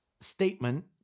statement